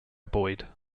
boyd